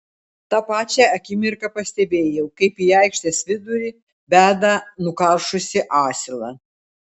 tą pačią akimirką pastebėjau kaip į aikštės vidurį veda nukaršusį asilą